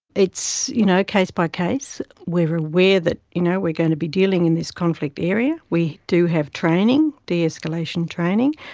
it's you know case by case. we are aware that you know we are going to be dealing in this conflict area. we do have de-escalation de-escalation training.